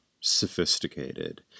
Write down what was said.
sophisticated